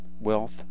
wealth